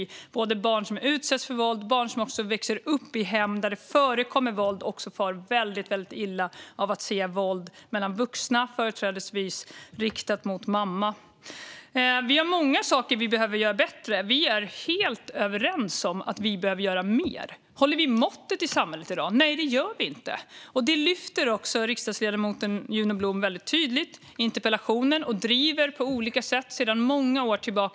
Det gäller både barn som utsätts för våld och barn som växer upp i hem där det förekommer våld. De far väldigt illa av att se våld mellan vuxna, företrädesvis riktat mot mamma. Vi har många saker vi behöver göra bättre. Vi är helt överens om att vi behöver göra mer. Håller vi måttet i samhället i dag? Nej, det gör vi inte. Det lyfter också riksdagsledamoten Juno Blom fram väldigt tydligt i interpellationen. Hon driver på olika sätt frågorna sedan många år tillbaka.